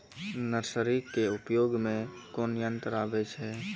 Nursery के उपयोग मे कोन यंत्र आबै छै?